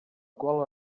qual